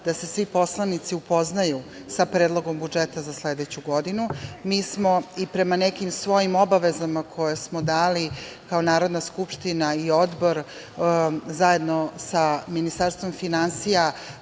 da se svi poslanici upoznaju sa Predlogom budžeta za sledeću godinu. Mi smo, i prema nekim svojim obavezama, koje smo dali kao Narodna skupština i Odbor, zajedno sa Ministarstvom finansija,